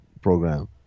program